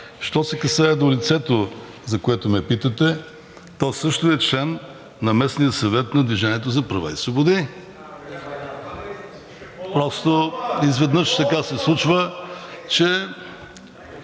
Що се касае до лицето, за което ме питате, то също е член на местния съвет на „Движение за права и свободи“. (Реплики от ДПС.) Просто изведнъж така се случва, че…